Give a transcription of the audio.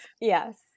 yes